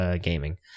gaming